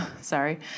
Sorry